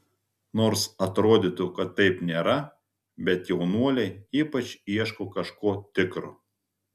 nors atrodytų kad taip nėra bet jaunuoliai ypač ieško kažko tikro